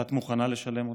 ואת מוכנה לשלם אותו.